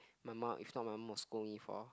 my mum if not my mum will scold me for